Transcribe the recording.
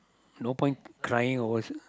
no point crying over s~ uh